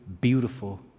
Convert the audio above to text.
beautiful